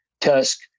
Tusk